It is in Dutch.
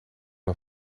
een